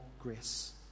grace